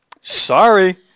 sorry